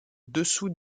dessous